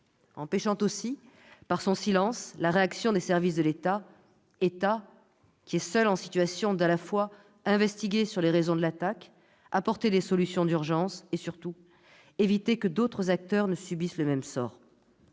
empêchant aussi par son silence la réaction des services de l'État, qui est seul en situation à la fois d'enquêter sur les raisons de l'attaque, d'apporter des solutions d'urgence et, surtout, d'éviter que d'autres acteurs ne subissent le même sort.